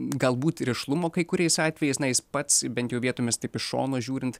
galbūt rišlumo kai kuriais atvejais na jis pats bent jau vietomis taip iš šono žiūrint